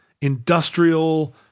industrial